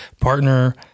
partner